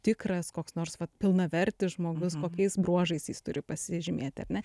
tikras koks nors vat pilnavertis žmogus kokiais bruožais jis turi pasižymėti ar ne